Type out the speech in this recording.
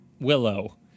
Willow